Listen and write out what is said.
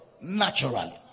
naturally